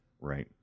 right